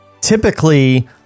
typically